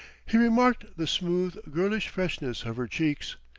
he remarked the smooth, girlish freshness of her cheeks,